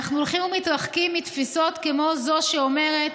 אנחנו הולכים ומתרחקים מתפיסות כמו זו שאומרת